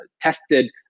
tested